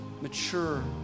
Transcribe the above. mature